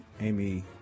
Amy